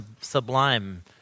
sublime